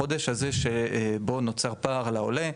החודש הזה שבו נוצר פער לעולה,